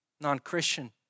non-Christian